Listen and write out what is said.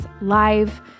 live